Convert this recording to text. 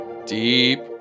Deep